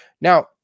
Now